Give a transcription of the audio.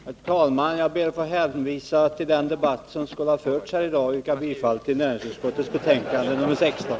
Herr talman! Jag ber att få hänvisa till den debatt som skulle ha förts i detta ärende här i dag, och jag yrkar bifall till hemställan i näringsutskottets betänkande nr 16.